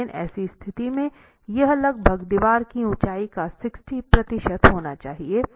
लेकिन ऐसी स्थिति में यह लगभग दीवार की ऊंचाई का 60 प्रतिशत होना चाहिए